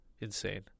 Insane